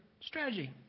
strategy